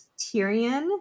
Tyrion